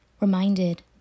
reminded